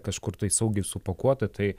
kažkur tai saugiai supakuota tai